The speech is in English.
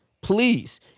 please